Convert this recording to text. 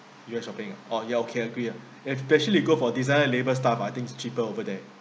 you went shopping ah orh okay agree ah especially you go for design and labelled stuff I think it's cheaper over there